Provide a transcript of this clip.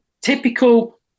typical